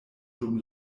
dum